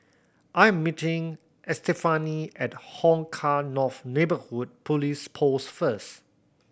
I am meeting Estefany at Hong Kah North Neighbourhood Police Post first